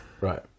Right